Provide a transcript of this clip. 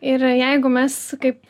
ir jeigu mes kaip